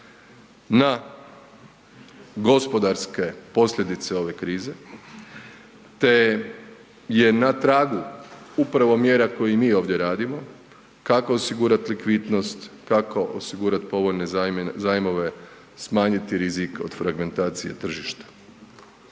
na gospodarske posljedice ove krize, te je na tragu upravo mjera koje i mi ovdje radimo, kako osigurat likvidnost, kako osigurat povoljne zajmove, smanjiti rizik od fragmentacije tržišta.